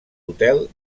hotel